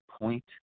point